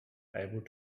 able